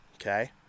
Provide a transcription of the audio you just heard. Okay